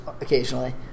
occasionally